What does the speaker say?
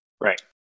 Right